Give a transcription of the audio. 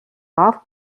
golf